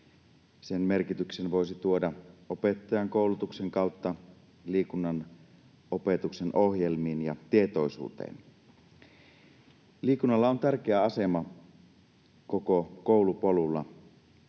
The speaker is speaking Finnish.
Sen merkityksen voisi tuoda opettajankoulutuksen kautta liikunnanopetuksen ohjelmiin ja tietoisuuteen. Liikunnalla on tärkeä asema koko koulupolulla.